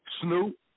Snoop